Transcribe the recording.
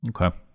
Okay